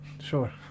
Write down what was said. Sure